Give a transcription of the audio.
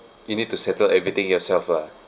you need to settle everything yourself lah